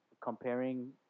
comparing